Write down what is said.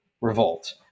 revolt